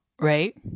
right